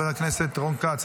חבר הכנסת רון כץ,